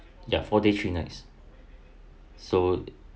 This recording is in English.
ya four days three nights so